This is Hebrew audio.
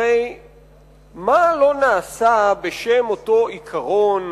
הרי מה לא נעשה בשם אותו עיקרון